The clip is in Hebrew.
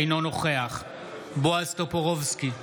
אינו נוכח בועז טופורובסקי,